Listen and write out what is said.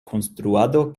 konstruado